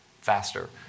faster